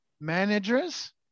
managers